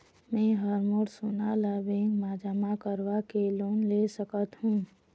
मैं हर मोर सोना ला बैंक म जमा करवाके लोन ले सकत हो?